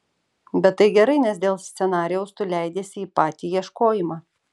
bet tai gerai nes dėl scenarijaus tu leidiesi į patį ieškojimą